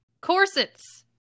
Corsets